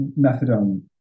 methadone